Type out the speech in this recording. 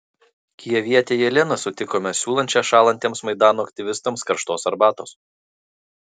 kijevietę jeleną sutikome siūlančią šąlantiems maidano aktyvistams karštos arbatos